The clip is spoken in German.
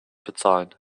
bezahlen